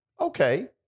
okay